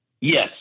Yes